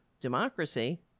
democracy